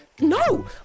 No